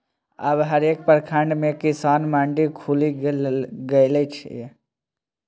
अब हरेक प्रखंड मे किसान मंडी खुलि गेलै ये